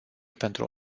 pentru